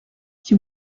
qui